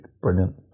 brilliant